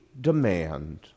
demand